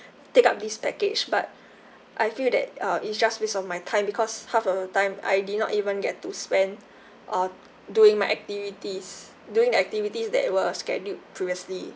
take up this package but I feel that uh it's just waste of my time because half of the time I did not even get to spend or doing my activities doing the activities that were scheduled previously